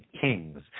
kings